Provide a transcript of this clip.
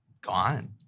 gone